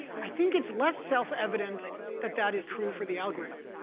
i think it's less self-evident that that is true for the algorithm.